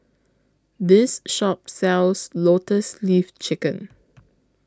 This Shop sells Lotus Leaf Chicken